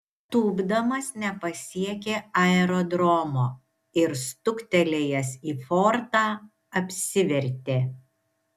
tūpdamas nepasiekė aerodromo ir stuktelėjęs į fortą apsivertė